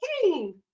King